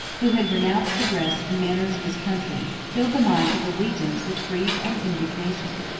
who had renounced the dress and manners of his country, filled the minds of the legions with grief and indignation.